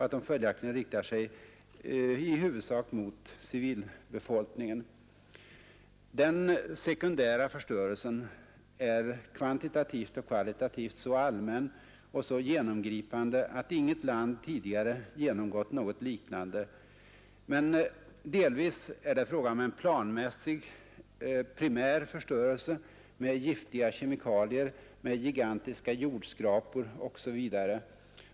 De är följaktligen i huvudsak riktade mot civilbefolkningen. Den sekundära förstörelsen är kvantitativt och kvalitativt så allmän och så genomgripande att inget land tidigare genomgått något liknande, men delvis är det fråga om en planmässig primär förstörelse med giftiga kemikalier, med gigantiska jordskrapor osv.